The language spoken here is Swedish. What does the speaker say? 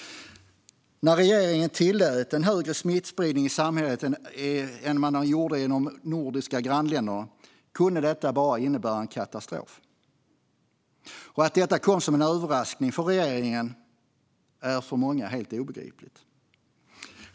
När regeringen tillät en högre smittspridning i samhället än man gjorde i våra nordiska grannländer kunde detta bara innebära en katastrof. Att detta kom som en överraskning för regeringen är för många helt obegripligt.